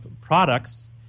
products